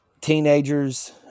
teenagers